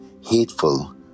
hateful